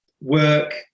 work